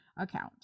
account